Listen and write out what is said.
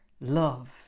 love